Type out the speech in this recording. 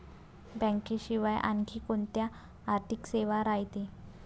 बँकेशिवाय आनखी कोंत्या आर्थिक सेवा रायते?